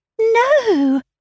No